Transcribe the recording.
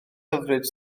hyfryd